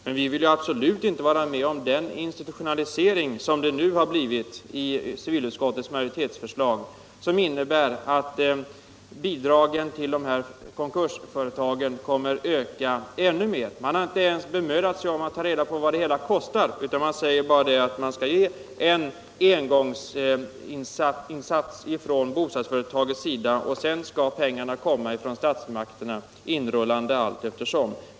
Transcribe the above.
Men vi vill absolut inte vara med om den institutionalisering som nu har kommit till stånd i civilutskottets majoritetsförslag och som innebär att bidragen till konkursföretag kommer att öka än mer. Man har inte ens bemödat sig om att ta reda på vad det hela kostar. Man säger bara att bostadsföretaget skall göra en engångsinsats och sedan skall pengarna komma inrullande från statsmakterna allteftersom.